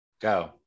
go